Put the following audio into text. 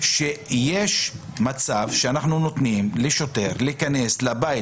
אחרת שיש מצב שאנחנו מאפשרים לשוטר להיכנס לבית